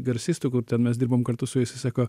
garsistų kur ten mes dirbom kartu su jais jis sako